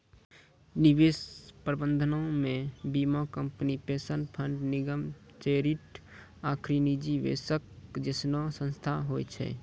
निवेश प्रबंधनो मे बीमा कंपनी, पेंशन फंड, निगम, चैरिटी आकि निजी निवेशक जैसनो संस्थान होय छै